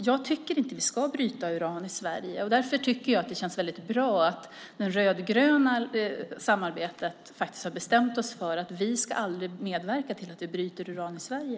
Jag tycker inte att vi ska bryta uran i Sverige, och därför tycker jag att det känns väldigt bra att vi i det rödgröna samarbetet faktiskt har bestämt oss för att vi aldrig ska medverka till att vi bryter uran i Sverige.